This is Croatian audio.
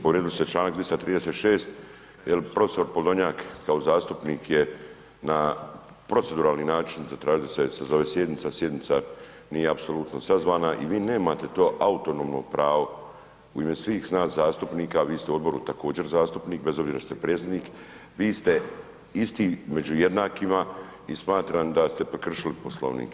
Povrijedili ste članak 336., jer profesor Podolnjak kao zastupnik je na proceduralni način zatražio da se sazove sjednica, sjednica nije apsolutna sazvana i vi nemate to autonomno pravo u ime svih nas zastupnika, vi ste u odboru također zastupnik bez obzira što ste predsjednik, vi ste isti među jednakima, i smatram da ste prekršili Poslovnik.